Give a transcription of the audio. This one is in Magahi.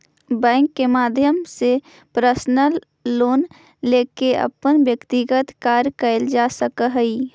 बैंक के माध्यम से पर्सनल लोन लेके अपन व्यक्तिगत कार्य कैल जा सकऽ हइ